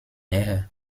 näher